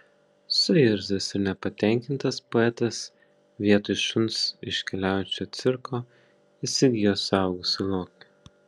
suirzęs ir nepatenkintas poetas vietoj šuns iš keliaujančio cirko įsigijo suaugusį lokį